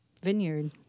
Vineyard